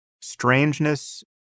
strangeness